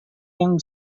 yang